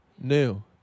New